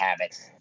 habits